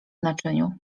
naczyniu